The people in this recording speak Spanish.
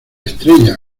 estrella